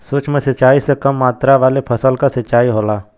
सूक्ष्म सिंचाई से कम मात्रा वाले फसल क सिंचाई होला